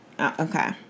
Okay